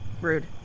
Rude